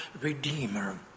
Redeemer